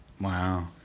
Wow